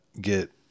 get